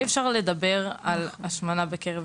אי אפשר להעלות את הנושא של השמנה בקרב